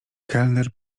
kelner